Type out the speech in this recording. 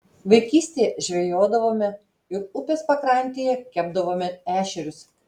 vaikystėje žvejodavome ir upės pakrantėje kepdavome ešerius